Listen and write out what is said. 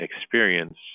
experience